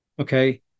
Okay